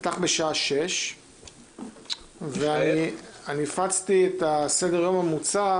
תיפתח בשעה 18:00. ואני הפצתי את סדר-היום המוצע